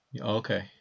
Okay